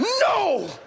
no